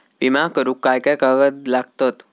विमा करुक काय काय कागद लागतत?